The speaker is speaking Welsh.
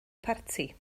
parti